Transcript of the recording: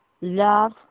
love